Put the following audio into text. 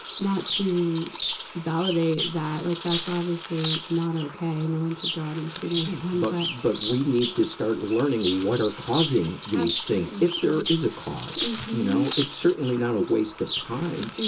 not to validate that. like obviously not okay no one should go out and shoot anyone. but, but we need to start learning what are causing these things, if there is a cause, you know. it's certainly not a waste of time,